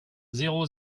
zéro